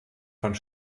fand